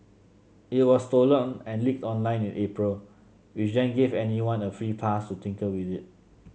it was stolen and leaked online in April which then gave anyone a free pass to tinker with it